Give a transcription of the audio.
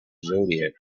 zodiac